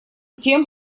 тем